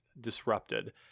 disrupted